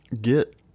get